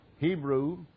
Hebrew